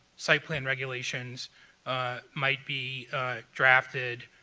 site plan regulations might be drafted